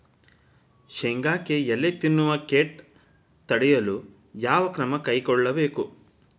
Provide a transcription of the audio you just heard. ಶೇಂಗಾಕ್ಕೆ ಎಲೆ ತಿನ್ನುವ ಕೇಟ ತಡೆಯಲು ಯಾವ ಕ್ರಮ ಕೈಗೊಳ್ಳಬೇಕು?